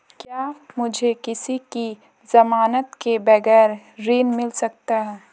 क्या मुझे किसी की ज़मानत के बगैर ऋण मिल सकता है?